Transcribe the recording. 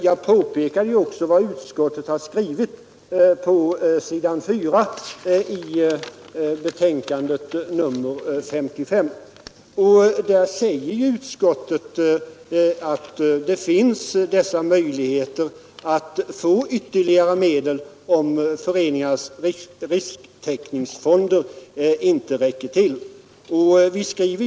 Jag påpekade också vad utskottet skrivit på s. 4, nämligen att det finns möjligheter att få ytterligare medel, om föreningarnas risktagningsfonder inte räcker till.